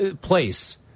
place